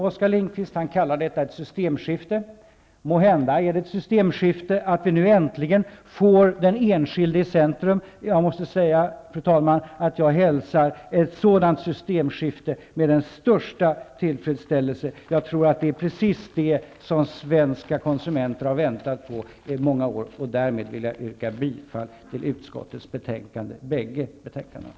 Oskar Lindkvist kallar detta ett systemskifte. Måhända är det ett systemskifte att vi nu äntligen låter den enskilde stå i centrum. Jag måste säga, fru talman, att jag hälsar ett sådant systemskifte med den största tillfredsställelse. Jag tror att det är precis det som svenska konsumenter har väntat på i många år. Därmed vill jag yrka bifall till utskottets hemställan i bägge betänkandena.